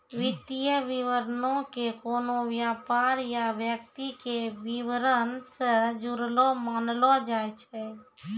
वित्तीय विवरणो के कोनो व्यापार या व्यक्ति के विबरण से जुड़लो मानलो जाय छै